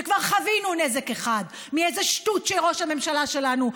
וכבר חווינו נזק אחד מאיזה שטות של ראש הממשלה שלנו,